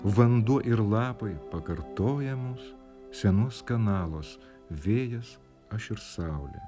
vanduo ir lapai pakartoja mus senos kanalos vėjas aš ir saulė